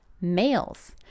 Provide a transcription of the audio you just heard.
Males